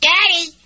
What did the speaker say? Daddy